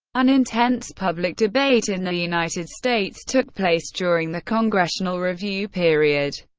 an intense public debate in the united states took place during the congressional review period.